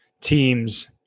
team's